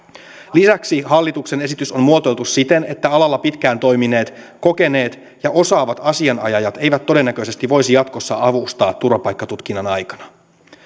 lisäksi hallituksen esitys on muotoiltu siten että alalla pitkään toimineet kokeneet ja osaavat asianajajat eivät todennäköisesti voisi jatkossa avustaa turvapaikkatutkinnan aikana